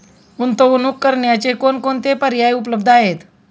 गुंतवणूक करण्याचे कोणकोणते पर्याय उपलब्ध आहेत?